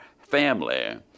family